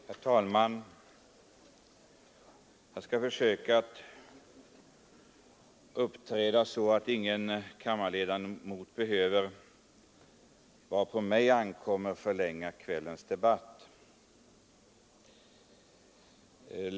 Herr talman! Jag skall försöka uppträda så att ingen kammarledamot vad på mig ankommer behöver förlänga kvällens debatt.